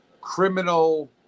criminal